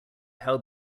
how